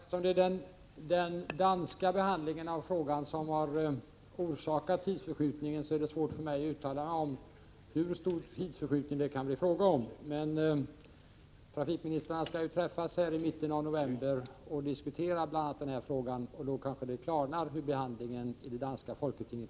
Herr talman! Eftersom det är den danska behandlingen av frågan som har orsakat tidsförskjutningen, är det svårt för mig att uttala mig om hur stor förskjutning det kan bli fråga om. Trafikministrarna skall träffas i mitten av november och diskutera bl.a. den här frågan. Då kanske det klarnar hur det ligger till med behandlingen i det danska folketinget.